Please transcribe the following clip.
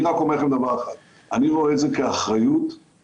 אני רק אומר לכם דבר אחד: אני רואה את זה כאחריות שלי,